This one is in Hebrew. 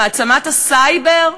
מעצמת הסייבר?